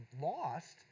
lost